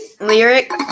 lyric